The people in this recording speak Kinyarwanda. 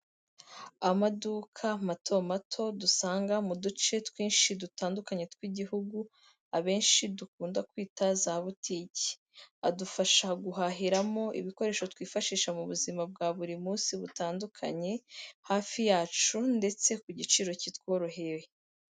Amaduka mato mato dusanga mu duce twinshi dutandukanye tw'igihugu, abenshi dukunda kwita za butiki, adufasha guhahiramo ibikoresho twifashisha mu buzima bwa buri munsi butandukanye hafi yacu ndetse ku giciro kitworoheye.